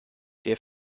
der